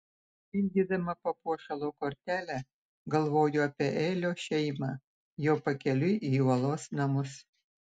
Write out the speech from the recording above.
pildydama papuošalo kortelę galvojo apie elio šeimą jau pakeliui į uolos namus